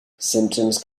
symptoms